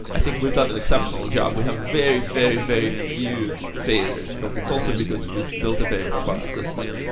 i think we've done an exceptional and job. we have very very very few failures, but it's also because we've built a very robust system.